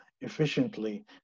efficiently